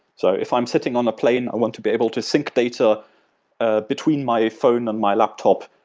so if i'm sitting on a plane, i want to be able to sync data ah between my phone and my laptop,